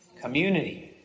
Community